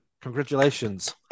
Congratulations